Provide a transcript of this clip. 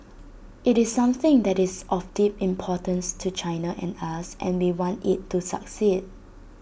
IT is something that is of deep importance to China and us and we want IT to succeed